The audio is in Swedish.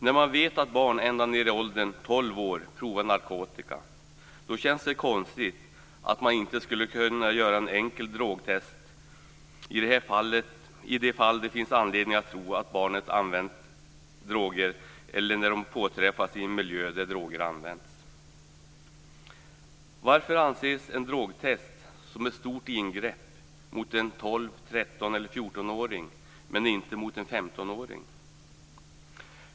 När man vet att barn ända ned i 12-årsåldern provar narkotika känns det konstigt att det inte skulle gå att göra ett enkelt drogtest i de fall där det finns anledning att tro att barnet har använt droger eller när det påträffas i en miljö där droger används. Varför anses ett drogtest som ett stort ingrepp mot en 12-, 13 eller 14-åring men inte mot en 15-åring?